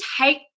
take